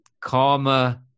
karma